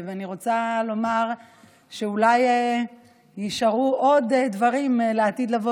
אני רוצה לומר שאולי נשארו עוד דברים לעתיד לבוא